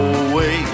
away